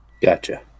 gotcha